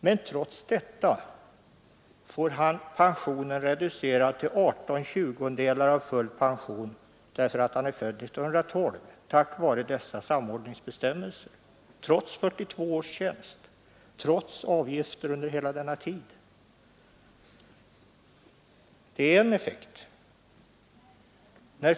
Men trots detta får han enligt samordningsbestämmelserna även den statliga pensionen reducerad till 18/20 av full pension, eftersom han är född år 1912 — även om han under alla dessa 42 år av tjänstgöring betalat pensionsavgifter.